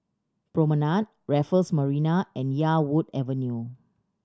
Promenade Raffles Marina and Yarwood Avenue